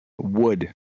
wood